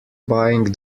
buying